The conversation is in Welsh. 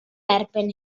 erbyn